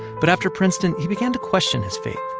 but after princeton, he began to question his faith.